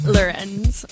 Lorenz